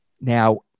Now